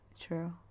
true